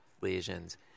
lesions